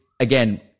again